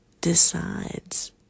decides